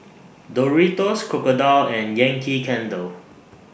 Doritos Crocodile and Yankee Candle